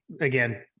again